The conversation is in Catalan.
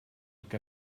que